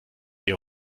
ihr